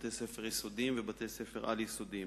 בתי-ספר יסודיים ובתי-ספר על-יסודיים.